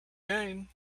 gain